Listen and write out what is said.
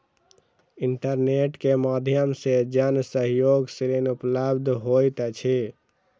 internet के माध्यम से जन सहयोग ऋण उपलब्ध होइत अछि